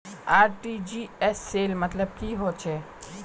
RTGS सेल मतलब की होचए?